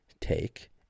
take